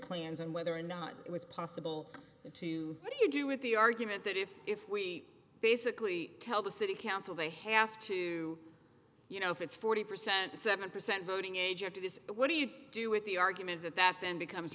plans and whether or not it was possible to what do you do with the argument that if if we basically tell the city council they have to you know if it's forty percent seven percent voting age after this but what do you do with the argument that that then becomes